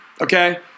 Okay